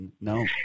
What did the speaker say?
No